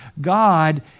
God